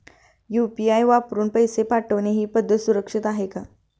UPI वापरून पैसे पाठवणे ही पद्धत सुरक्षित आहे का?